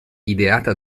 ideata